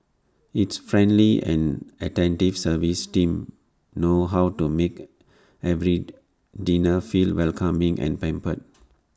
its friendly and attentive service team know how to make every diner feel welcoming and pampered